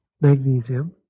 magnesium